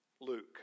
Luke